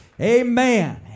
amen